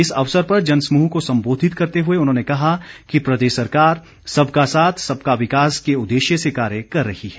इस अवसर पर जन समूह को संबोधित करते हुए उन्होंने कहा कि प्रदेश सरकार सबका साथ सबका विकास के उदेश्य से कार्य कर रही है